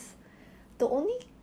!ee!